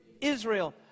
Israel